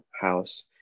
house